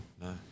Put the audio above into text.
No